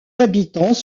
habitants